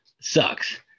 sucks